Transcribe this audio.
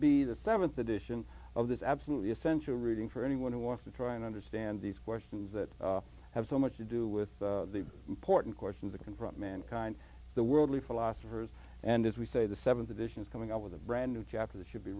be the th edition of this absolutely essential reading for anyone who wants to try and understand these questions that have so much to do with the important questions that confront mankind the worldly philosophers and as we say the th edition is coming up with a brand new chapter that should be